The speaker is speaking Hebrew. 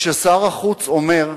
כששר החוץ אומר: